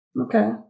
Okay